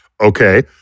Okay